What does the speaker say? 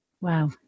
Wow